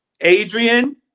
Adrian